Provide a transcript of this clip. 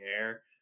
air